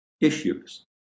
issues